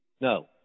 No